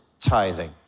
tithing